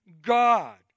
God